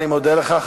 אני מודה לך.